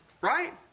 right